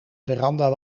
veranda